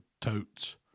totes